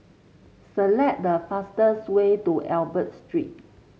select the fastest way to Albert Street